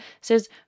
says